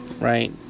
right